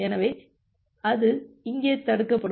எனவே அது இங்கே தடுக்கப்படும்